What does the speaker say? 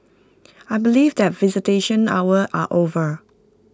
I believe that visitation hours are over